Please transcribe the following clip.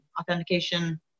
authentication